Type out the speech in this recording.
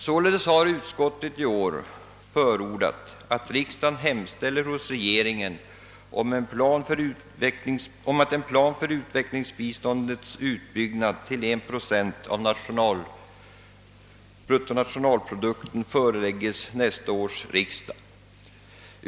Således har utskottet i år förordat att riksdagen hemställer hos regeringen om att en plan för utvecklingsbiståndets utbyggnad till 1 procent av bruttonationalprodukten föreläggs nästa års riksdag.